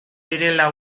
direla